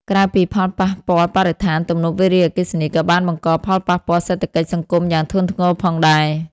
ក្រៅពីផលប៉ះពាល់បរិស្ថាន ទំនប់វារីអគ្គិសនីក៏បានបង្កផលប៉ះពាល់សេដ្ឋកិច្ចសង្គមយ៉ាងធ្ងន់ធ្ងរផងដែរ។